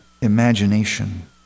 imagination